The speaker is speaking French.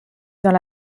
dans